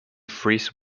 freeze